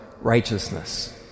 righteousness